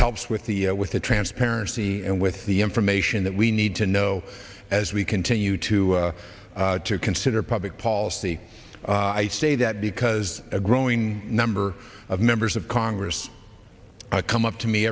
helps with the with the transparency and with the information that we need to know as we continue to to consider public policy i say that because a growing number of members of congress come up to me